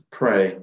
pray